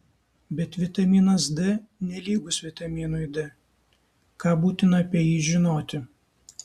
bet vitaminas d nelygus vitaminui d ką būtina apie jį žinoti